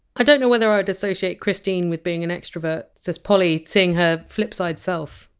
i don't know whether i! d associate christine with being an extrovert just polly seeing her flipside self.